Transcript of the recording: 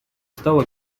стала